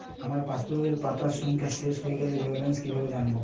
আমার পাসবুকের পাতা সংখ্যা শেষ হয়ে গেলে ব্যালেন্স কীভাবে জানব?